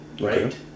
right